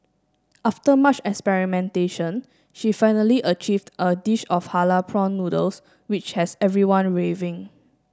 after much experimentation she finally achieved a dish of halal prawn noodles which has everyone raving